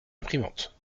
imprimante